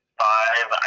five